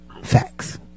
Facts